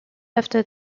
after